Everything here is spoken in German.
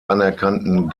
anerkannten